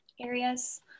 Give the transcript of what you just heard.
areas